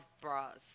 bras